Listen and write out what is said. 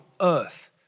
earth